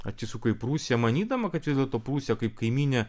atsisuka į prūsiją manydama kad vis dėlto prūsija kaip kaimynė